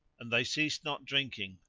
and they ceased not drinking